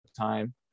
time